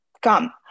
Come